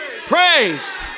Praise